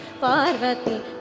Parvati